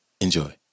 Enjoy